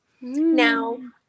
Now